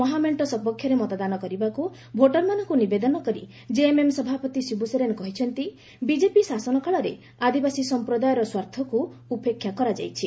ମହାମେଣ୍ଟ ସପକ୍ଷରେ ମତଦାନ କରିବାକୁ ଭୋଟରମାନଙ୍କୁ ନିବେଦନ କରି ଜେଏମ୍ଏମ୍ ସଭାପତି ଶିବୁସୋରେନ କହିଛନ୍ତି ବିଜେପି ଶାସନ କାଳରେ ଆଦିବାସୀ ସମ୍ପ୍ରଦାୟର ସ୍ୱାର୍ଥକୁ ଉପେକ୍ଷା କରାଯାଇଛି